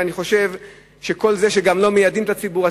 אני חושב שכל זה שגם לא מיידעים את הציבור,